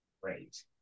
Great